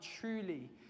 truly